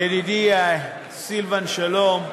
ידידי סילבן שלום,